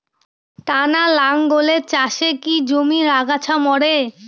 টানা লাঙ্গলের চাষে কি জমির আগাছা মরে?